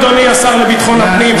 אדוני השר לביטחון פנים,